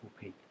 peak